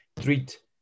treat